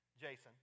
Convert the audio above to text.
Jason